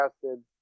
tested